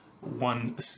one